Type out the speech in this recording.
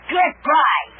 Goodbye